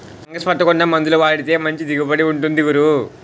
fungus పట్టకుండా మందులు వాడితే మంచి దిగుబడి ఉంటుంది గురూ